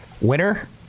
Winner